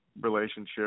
relationship